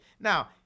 Now